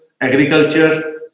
agriculture